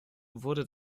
wurde